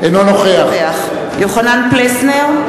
אינו נוכח יוחנן פלסנר,